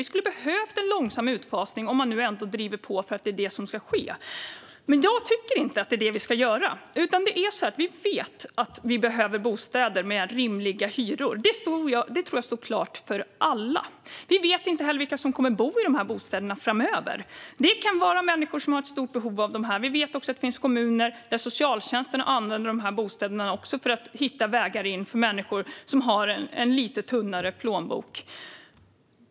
Vi skulle ha behövt en långsam utfasning, om man nu ändå driver på för att detta ska ske. Jag tycker dock inte att det är detta vi ska göra. Vi vet att vi behöver bostäder med rimliga hyror; det tror jag står klart för alla. Vi vet inte heller vilka som kommer att bo i dessa bostäder framöver. Det kan vara människor som har ett stort behov av dem, och vi vet att det finns kommuner där socialtjänsten använder dessa bostäder för att hitta vägar in för människor som har en lite tunnare plånbok.